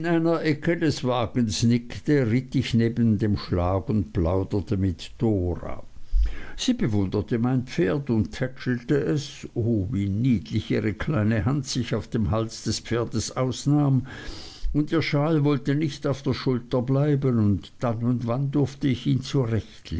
ecke des wagens nickte ritt ich neben dem schlag und plauderte mit dora sie bewunderte mein pferd und tätschelte es o wie niedlich ihre kleine hand sich auf dem hals des pferdes ausnahm und ihr schal wollte nicht auf der schulter bleiben und dann und wann durfte ich ihn